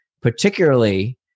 particularly